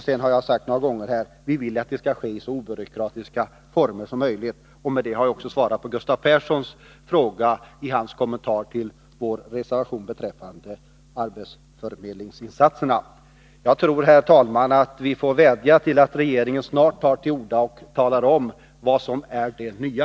Som jag har sagt några gånger här vill vi att detta skall ske i så obyråkratiska former som möjligt. Med detta har jag även svarat på den fråga som Gustav Persson ställde i samband med sin kommentar till vår reservation beträffande arbetsförmedlingsinsatserna. Jagtror, herr talman, att vi får vädja till regeringen att snart ta till orda och tala om vad som är det nya.